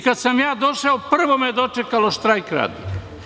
Kada sam ja došao prvo me je dočekao štrajk radnika.